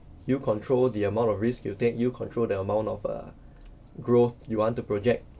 you control the amount of risk you take you control the amount of uh growth you want to project